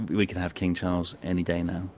we can have king charles any day now,